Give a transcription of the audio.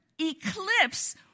eclipse